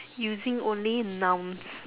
using only nouns